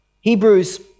Hebrews